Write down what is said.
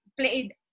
played